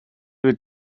would